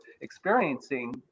experiencing